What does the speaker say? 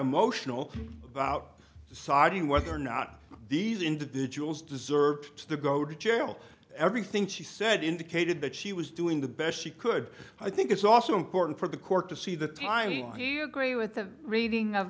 emotional about deciding whether or not these individuals deserved to go to jail everything she said indicated that she was doing the best she could i think it's also important for the court to see the tying he agree with the reading of